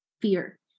fear